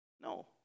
No